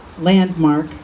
landmark